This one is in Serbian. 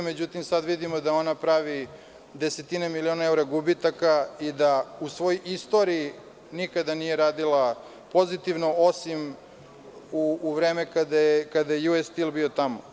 Međutim, sada vidimo da ona pravi desetine miliona eura gubitaka i da u svojoj istoriji nikada nije radila pozitivno osim u vreme kada je „Ju-es stil“ bio tamo.